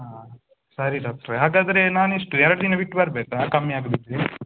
ಹಾಂ ಸರಿ ಡಾಕ್ಟ್ರೇ ಹಾಗಾದ್ರೆ ನಾನು ಎಷ್ಟು ಎರಡು ದಿನ ಬಿಟ್ಟು ಬರಬೇಕಾ ಕಮ್ಮಿ ಆಗದಿದ್ದರೆ